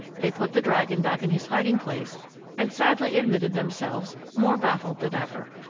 they put the dragon back in his hiding-place and sadly admitted themselves more baffled than ever.